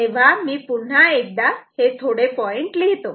तेव्हा मी पुन्हा एकदा हे थोडे पॉईंट लिहितो